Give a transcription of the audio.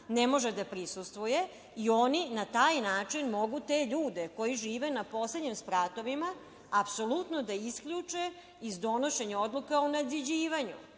ne mogu da prisustvuju i na taj način mogu te ljude koji žive na poslednjim spratovima, apsolutno da isključe iz donošenja odluka o nadgrađivanju